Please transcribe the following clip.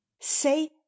say